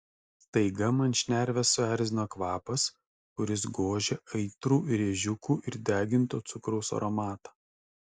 staiga man šnerves suerzino kvapas kuris gožė aitrų rėžiukų ir deginto cukraus aromatą